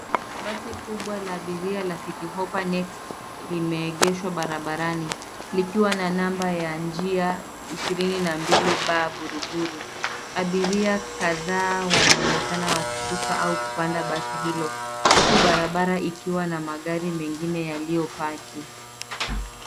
Basi kubwa la abiria la City Hoppa Next limeegeshwa barabarani likiwa na namba ya njia 22B Buruburu. Abiria kadhaa wanaonekana wakishuka au kupanda basi hilo, huku barabara ikiwa na magari mengine yaliyopaki.